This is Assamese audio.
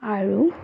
আৰু